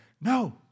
no